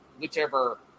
whichever